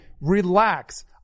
Relax